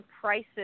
prices